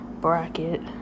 bracket